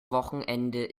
wochenende